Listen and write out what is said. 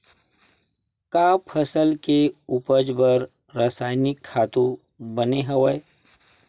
का फसल के उपज बर रासायनिक खातु बने हवय?